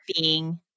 being-